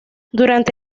durante